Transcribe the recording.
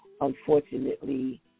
unfortunately